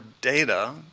data